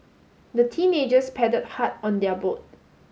the teenagers padded hard on their boat